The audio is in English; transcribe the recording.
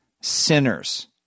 sinners